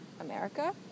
America